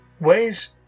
Ways